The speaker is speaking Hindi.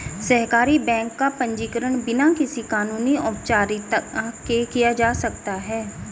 सहकारी बैंक का पंजीकरण बिना किसी कानूनी औपचारिकता के किया जा सकता है